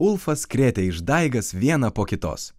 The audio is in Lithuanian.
ulfas krėtė išdaigas vieną po kitos